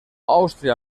àustria